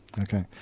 Okay